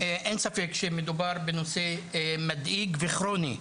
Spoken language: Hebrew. אין ספק שמדובר בנושא מדאיג וכרוני,